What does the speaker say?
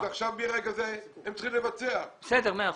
מרגע זה הם צריכים לבצע אותה.